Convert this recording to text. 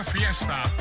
Fiesta